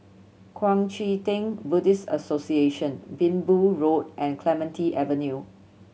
Kuang Chee Tng Buddhist Association Minbu Road and Clementi Avenue